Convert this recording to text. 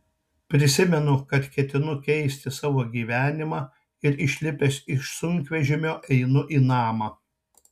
prisimenu kad ketinu keisti savo gyvenimą ir išlipęs iš sunkvežimio einu į namą